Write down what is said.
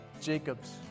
Jacob's